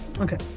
Okay